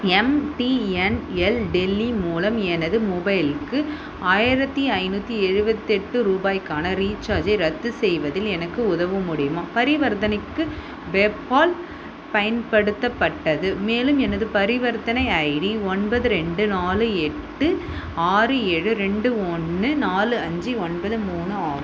MTNL Delhi மூலம் எனது மொபைலுக்கு ஆயிரத்து ஐந்நூற்றி எழுபத்தெட்டு ரூபாய்க்கான ரீசார்ஜை ரத்து செய்வதில் எனக்கு உதவ முடியுமா பரிவர்த்தனைக்கு பேபால் பயன்படுத்தப்பட்டது மேலும் எனது பரிவர்த்தனை ஐடி ஒன்பது ரெண்டு நாலு எட்டு ஆறு ஏழு ரெண்டு ஒன்று நாலு அஞ்சு ஒன்பது மூணு ஆகும்